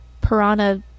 Piranha